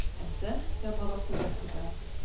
and then their mother put them to bed.